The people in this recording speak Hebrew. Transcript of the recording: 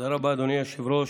רבה, אדוני היושב-ראש,